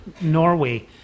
Norway